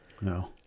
No